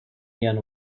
yana